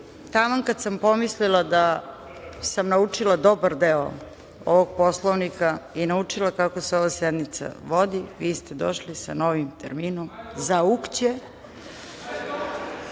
taman kada sam pomislila da sam naučila dobar deo ovog Poslovnika i naučila kako se ova sednica vodi, vi ste došli sa novim terminom zaukće.